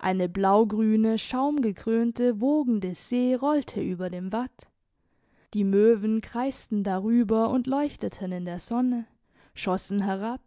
eine blaugrüne schaumgekrönte wogende see rollte über dem watt die möwen kreisten darüber und leuchteten in der sonne schossen herab